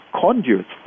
conduits